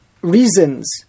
reasons